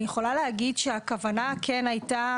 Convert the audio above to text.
אני יכולה להגיד שהכוונה הייתה,